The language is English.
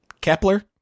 Kepler